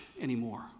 anymore